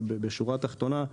אבל בשורה תחתונה,